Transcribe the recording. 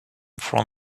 for